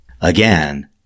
Again